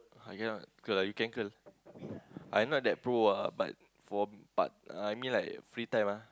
I cannot curl ah you can curl I not that pro ah but for but uh I mean like free time ah